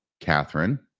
Catherine